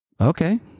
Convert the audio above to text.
okay